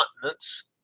continents